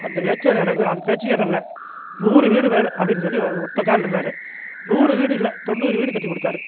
அந்த பேச்சே இடம் அந்த பேச்சுக்கே இடம் இல்லை நூறு வீடு வேணும் அப்படின்னு சொல்லி ஒற்றை காலில் நின்றாரு நூறு வீடு இல்லை தொண்ணூறு வீடு கட்டி கொடுத்தாரு